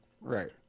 Right